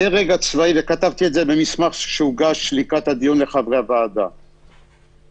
וכתבתי את זה במסמך שהוגש לחברי הוועדה לקראת הדיון.